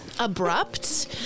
abrupt